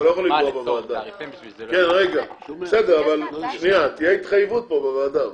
תהיה התחייבות פה בוועדה.